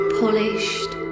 polished